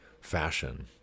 fashion